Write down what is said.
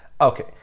Okay